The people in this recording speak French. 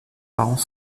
parents